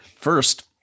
first